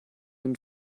und